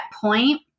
point